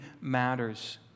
matters